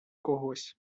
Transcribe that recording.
когось